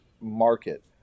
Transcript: market